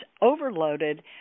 overloaded